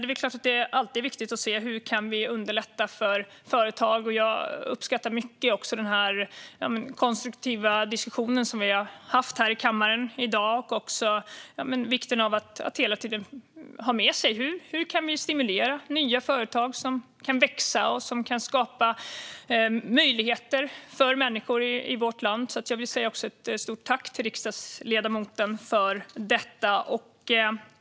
Det är klart att det alltid är viktigt att se hur vi kan underlätta för företag, och jag uppskattar den konstruktiva diskussion som vi har haft här i kammaren i dag. Jag vill också påpeka vikten av att vi hela tiden har med oss hur vi kan stimulera nya företag som kan växa och som kan skapa möjligheter för människor i vårt land. Jag vill rikta ett stort tack till riksdagsledamoten för detta.